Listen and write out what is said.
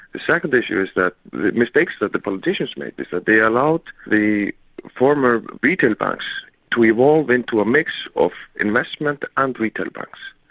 the second issue is that mistakes that the politicians make is that they allowed the former retail banks to evolve into a mix of investment and retail banks,